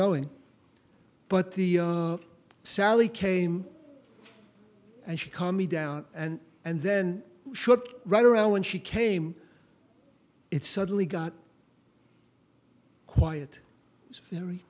knowing but the sally came and she calmed me down and and then shook right around when she came it suddenly got quiet very